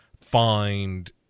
find